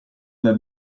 una